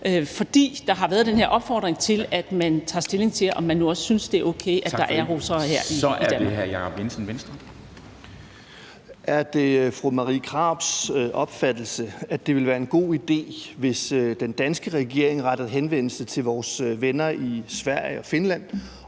fordi der har været den her opfordring til, at man tager stilling til, om man nu også synes, det er okay, at der er russere her i Danmark. Kl. 10:44 Formanden (Henrik Dam Kristensen): Tak for det. Så er det hr. Jacob Jensen, Venstre. Kl. 10:44 Jacob Jensen (V): Er det fru Marie Krarups opfattelse, at det ville være en god idé, hvis den danske regering rettede henvendelse til vores venner i Sverige og Finland